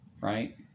Right